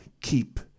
keep